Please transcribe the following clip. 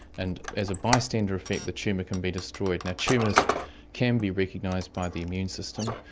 and as a bystander effect the tumour can be destroyed. and tumours can be recognised by the immune system,